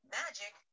magic